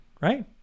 right